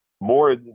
more